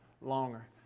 longer